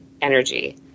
energy